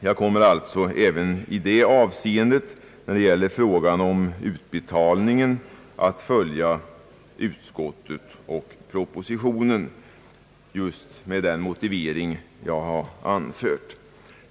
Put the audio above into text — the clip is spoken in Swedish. Jag kommer alltså även när det gäller frågan om utbetalningen att följa utskottet och propositionen, just med den motivering jag anfört.